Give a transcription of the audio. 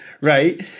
right